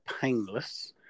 painless